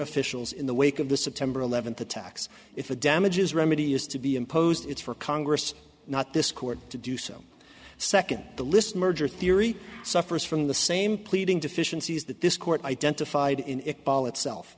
officials in the wake of the september eleventh attacks if the damages remedy is to be imposed it's for congress not this court to do so second the list merger theory suffers from the same pleading deficiencies that this court identified in it ball itself